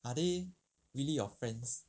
are they really your friends